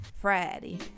Friday